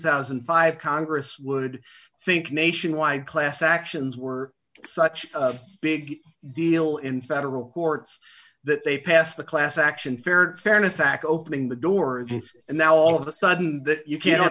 thousand and five congress would think nationwide class actions were such a big deal in federal courts that they passed the class action fair fairness act opening the doors and now all of a sudden that you cannot